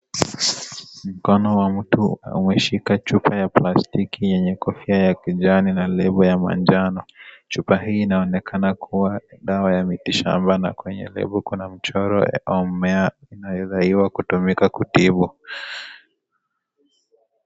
Mkono wa mtu umeshika chupa ya plastiki yenye kofia ya kijani na lebo ya manjano, chupa hii inaonekana kuwa dawa ya miti shamba na kwenye lebo kuna mchoro wa mmea unadaiwa kutumika kutibu.